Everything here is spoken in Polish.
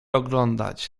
oglądać